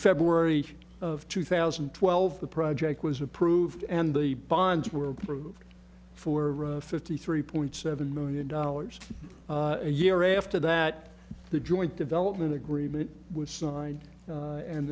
february of two thousand and twelve the project was approved and the bonds were approved for fifty three point seven million dollars a year after that the joint development agreement